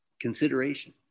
consideration